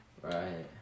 Right